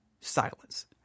silence